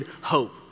hope